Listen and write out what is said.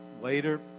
later